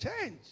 change